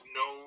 no